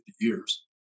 years